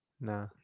Nah